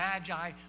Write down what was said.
Magi